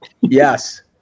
yes